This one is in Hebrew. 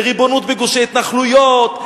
לריבונות בגושי התנחלויות,